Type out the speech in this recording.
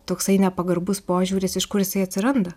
toksai nepagarbus požiūris iš kur jisai atsiranda